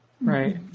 Right